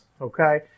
Okay